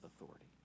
authority